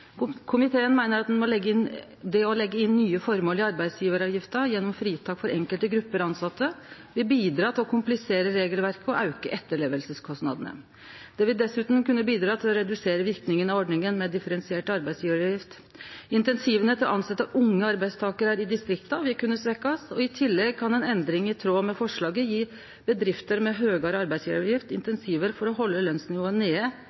verkemiddelet. Komiteen meiner at det å leggje inn nye føremål i arbeidsgjevaravgifta, gjennom fritak for enkelte grupper av tilsette, vil bidra til å komplisere regelverket og auke etterlevingskostnadene. Det vil dessutan kunne bidra til å redusere verknaden av ordninga med differensiert arbeidsgjevaravgift. Incentiva til å tilsetje unge arbeidstakarar i distrikta vil kunne bli svekte. I tillegg kan ei endring i tråd med forslaget gje bedrifter med høgare arbeidsgjevaravgift incentiv til å halde lønsnivået nede